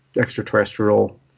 extraterrestrial